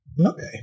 Okay